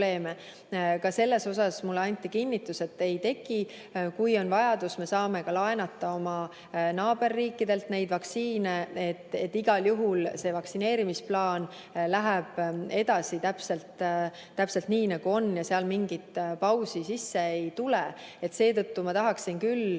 Ka selles osas mulle anti kinnitus, et ei teki. Kui on vajadus, me saame laenata ka oma naaberriikidelt vaktsiine, nii et igal juhul see vaktsineerimisplaan läheb edasi täpselt nii nagu seni. Seal mingit pausi sisse ei tule. Nii et ma tahaksin küll